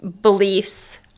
beliefs